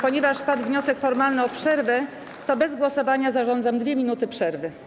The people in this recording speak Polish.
Ponieważ padł wniosek formalny o przerwę, bez głosowania zarządzam 2 minuty przerwy.